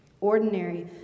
Ordinary